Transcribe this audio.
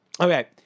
Okay